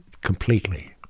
Completely